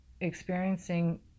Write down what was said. Experiencing